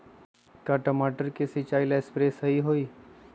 का टमाटर के सिचाई ला सप्रे सही होई?